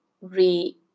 re